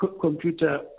computer